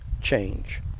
change